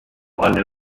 alle